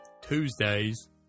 Tuesdays